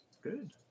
Good